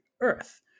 earth